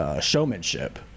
showmanship